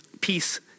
peace